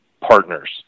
partners